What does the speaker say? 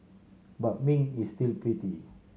but Ming is still pretty